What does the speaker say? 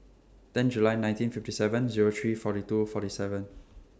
ten July nineteen fifty seven Zero three forty two forty seven